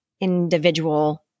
individual